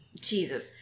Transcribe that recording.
Jesus